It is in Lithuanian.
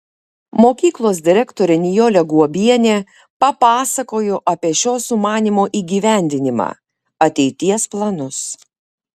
mokyklos direktorė nijolė guobienė papasakojo apie šio sumanymo įgyvendinimą ateities planus